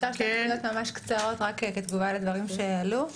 אפשר שתי נקודות ממש קצרות רק כתגובה לדברים שעלו?